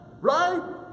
Right